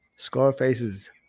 Scarface's